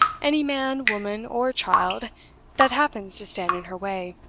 any man, woman, or child that happens to stand in her way.